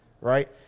right